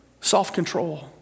Self-control